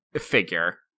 figure